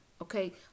Okay